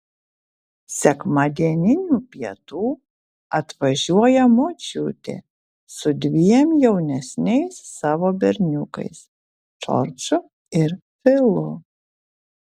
sekmadieninių pietų atvažiuoja močiutė su dviem jaunesniais savo berniukais džordžu ir filu